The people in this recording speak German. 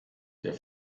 der